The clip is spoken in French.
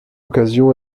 occasion